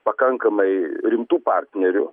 pakankamai rimtų partnerių